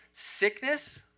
sickness